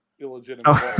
illegitimate